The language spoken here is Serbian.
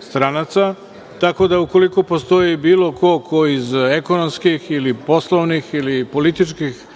stranaca. Tako da ukoliko postoji bilo ko, ko iz ekonomskih ili poslovnih ili političkih